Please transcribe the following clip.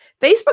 Facebook